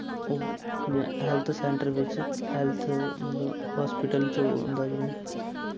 ओह् जि'यां health centre बिच हैल्थ मतलब हास्पिटल च होंदा जियां